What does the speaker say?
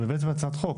אתם הבאתם הצעת חוק.